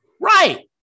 Right